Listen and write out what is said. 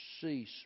cease